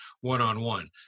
one-on-one